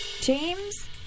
James